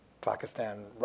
Pakistan